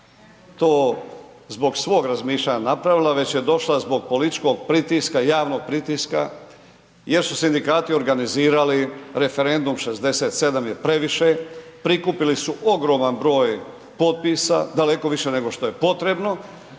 to zbog svog razmišljanja napravila već je došla zbog političkog pritiska javnog pritiska jer su sindikati organizirali referendum „67 je previše“, prikupili su ogroman broj potpisa, daleko više nego što je potrebo